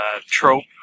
trope